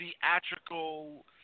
theatrical